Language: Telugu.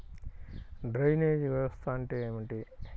డ్రైనేజ్ వ్యవస్థ అంటే ఏమిటి?